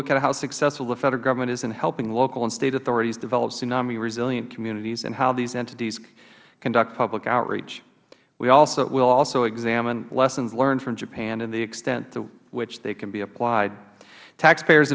look at how successful the federal government is in helping local and state authorities develop tsunami resilient communities and how these entities conduct public outreach we will also examine lessons learned from japan and the extent to which they can be applied taxpayers